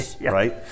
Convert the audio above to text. right